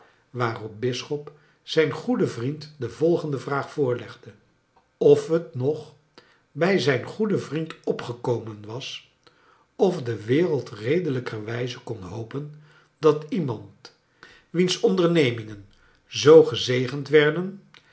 waarop bisschop zijn goeden vriend de volgende vraag voorlegde of het nog bij zijn goeden vriend opgekomen was of de wereld redelijkerwijze kon hopen dat iemand wiens ondememingen zoo gezegend werden